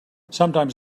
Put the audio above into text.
sometimes